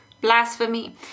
Blasphemy